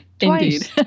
Indeed